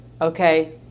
Okay